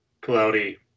cloudy